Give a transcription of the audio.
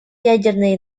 ядерной